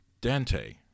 Dante